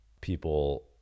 people